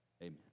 amen